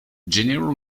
general